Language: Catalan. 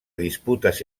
disputes